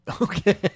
Okay